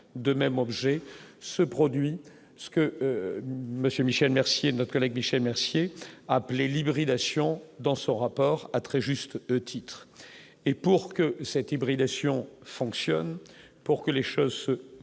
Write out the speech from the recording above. de même objet ce produit ce que Monsieur Michel Mercier, notre collègue Michel Mercier, appelé l'hybridation dans son rapport, à très juste titre et pour que cette hybridation fonctionnent pour que les choses se